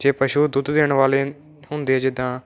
ਜੇ ਪਸ਼ੂ ਦੁੱਧ ਦੇਣ ਵਾਲੇ ਹੁੰਦੇ ਜਿੱਦਾਂ